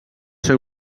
ser